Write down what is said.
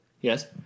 Yes